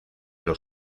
los